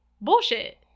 Bullshit